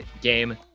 game